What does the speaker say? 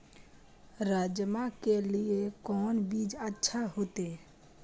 राजमा के लिए कोन बीज अच्छा होते?